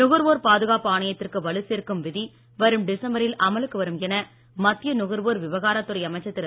நுகர்வோர் பாதுகாப்பு ஆணையத்திற்கு வலு சேர்க்கும் விதி வரும் டிசம்பரில் அமலுக்கு வரும் என மத்திய நுகர்வோர் விவகாரத்துறை அமைச்சர் திரு